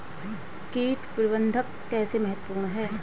कीट प्रबंधन कैसे महत्वपूर्ण है?